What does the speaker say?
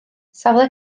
safle